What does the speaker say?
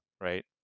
right